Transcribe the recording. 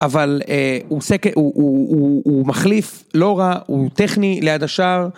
אבל הוא מחליף לא רע, הוא טכני ליד השאר.